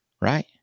Right